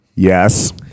yes